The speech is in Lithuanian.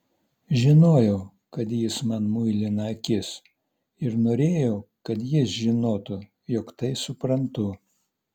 žinojau kad jis man muilina akis ir norėjau kad jis žinotų jog tai suprantu